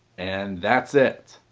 and that's it,